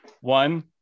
One